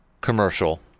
commercial